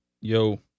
Yo